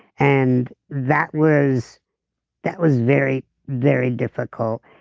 and that was that was very, very difficult.